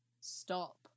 stop